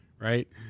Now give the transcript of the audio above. right